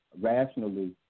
rationally